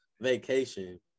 vacation